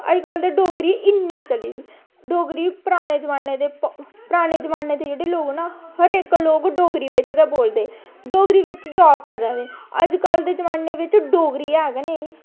अजकल्ल ते डोगरी इन्नी चली दी डोगरी पराने जमाने दे पराने जमाने दे जेह्ड़े लोग न हर इक लोग डोगरी बिच्च गै बोलदे डोगरी बिच्च जॉब करा दे अजकल्ल दे जमाने बिच्च डोगरी है गै नेईं